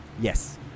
Yes